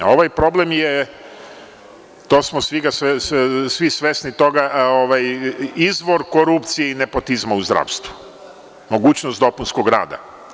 Ovaj problem je, toga smo svi svesni, izvor korupcije i nepotizma u zdravstvu, mogućnost dopunskog rada.